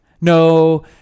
no